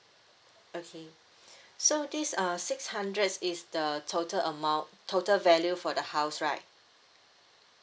okay so this uh six hundreds is the total amount total value for the house right